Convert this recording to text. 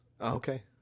Okay